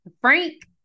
Frank